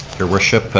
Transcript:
your worship,